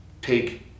Take